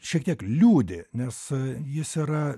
šiek tiek liūdi nes jis yra